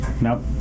Nope